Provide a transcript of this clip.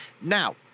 Now